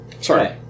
Sorry